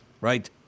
right